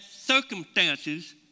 circumstances